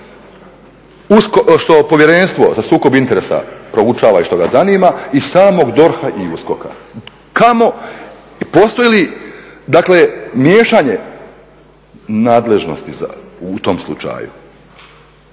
što Povjerenstvo za sukob interesa proučava i što ga zanima i samog DORH-a i USKOK-a? Postoji li dakle miješanje nadležnosti u tom slučaju?